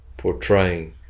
portraying